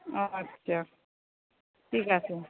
ও আচ্ছা ঠিক আছে